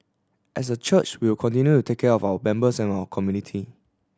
as a church we will continue to take care of our members and our community